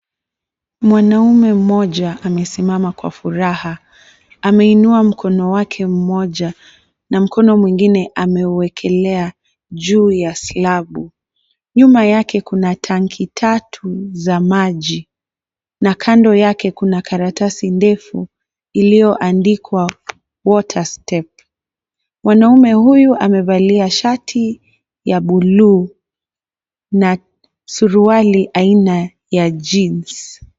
Mwanaume mmoja amesimama kwa furaha. Ameinua mkono wake mmoja na mkono mwingine ameuwekelea juu ya slabu. Nyuma yake kuna tanki tatu za maji. Na kando yake kuna karatasi ndefu iliyoandikwa water step. Mwanaume huyu amevalia shati ya buluu na suruali aina ya jeans .